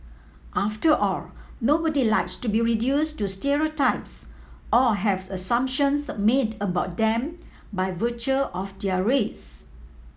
after all nobody likes to be reduce to stereotypes or have assumptions made about them by virtue of their race